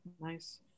nice